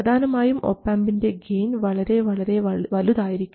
പ്രധാനമായും ഒപാംപിൻറെ ഗെയിൻ വളരെ വളരെ വലുതായിരിക്കണം